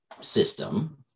system